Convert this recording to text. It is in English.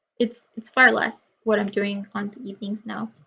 it's it's far less what i'm doing on the evenings now.